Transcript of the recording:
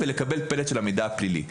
ולקבל פלט של המידע הפלילי.